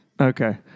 Okay